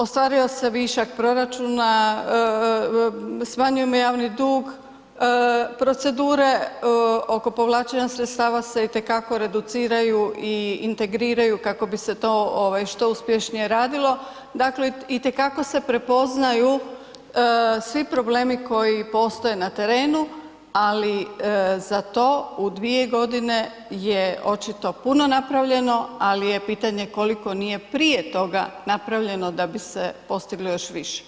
Ostvario se višak proračuna, smanjujemo javni dug, procedure oko povlačenja sredstava se itekako reduciraju i integriraju kako bi se to što uspješnije radilo, dakle itekako se prepoznaju svi problemi koji postoje na terenu ali za to u 2 g. je očito puno napravljeno ali je pitanje koliko nije prije toga napravljeno da bi se postiglo još više.